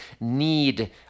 need